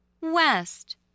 west